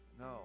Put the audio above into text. no